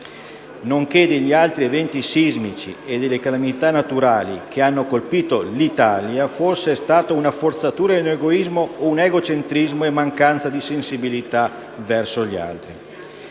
nonché degli altri eventi sismici e delle calamità naturali che hanno colpito l'Italia, forse è stato una forzatura, un egoismo o egocentrismo e mancanza di sensibilità verso gli altri.